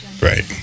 right